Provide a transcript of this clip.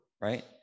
right